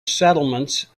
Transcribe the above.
settlements